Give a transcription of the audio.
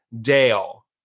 Dale